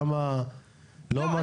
למה לא מצאת?